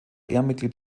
ehrenmitglied